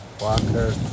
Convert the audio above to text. Walker